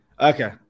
Okay